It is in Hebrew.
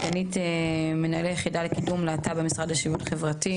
סגנית מנהל היחידה לקידום להט״ב במשרד לשוויון חברתי.